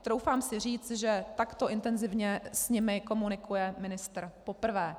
Troufám si říct, že takto intenzivně s nimi komunikuje ministr poprvé.